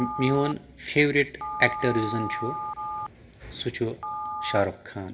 میون favourite actor یُس زن چھُ سُہ چھُ شارُک خان